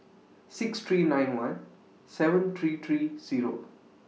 six three nine one seven three three Zero